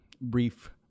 brief